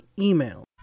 email